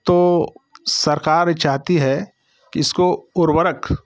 तो सरकार चाहती है कि इसको उर्वरक